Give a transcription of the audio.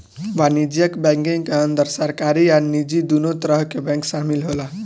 वाणिज्यक बैंकिंग के अंदर सरकारी आ निजी दुनो तरह के बैंक शामिल होला